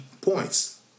points